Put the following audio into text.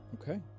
Okay